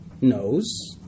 knows